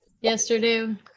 yesterday